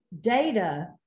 data